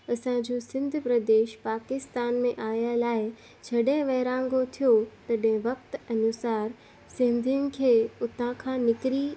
असांजो सिंध प्रदेश पाकिस्तान में आयल आहे जॾहिं विर्हाङो थियो तॾहिं वक्त अनुसार सिंधियुनि खे उतां खां निकिरी